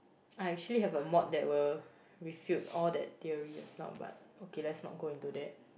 I actually have a mod that will refute all that theory just now but okay let's not go into that